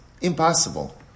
Impossible